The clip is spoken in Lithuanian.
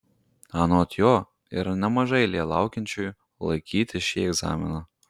anot jo yra nemaža eilė laukiančiųjų laikyti šį egzaminą